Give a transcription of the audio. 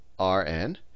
Rn